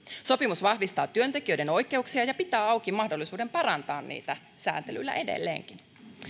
sopimus vahvistaa työntekijöiden oikeuksia ja pitää auki mahdollisuuden parantaa niitä säätelyllä edelleenkin